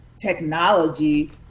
technology